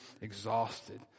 exhausted